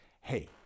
Hey